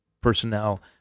personnel